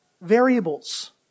variables